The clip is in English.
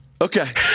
Okay